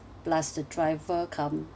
plus the driver cum